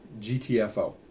GTFO